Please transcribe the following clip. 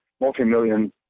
multi-million